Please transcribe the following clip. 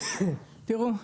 תראו,